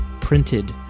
printed